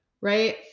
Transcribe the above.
right